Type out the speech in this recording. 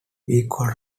equal